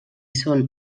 són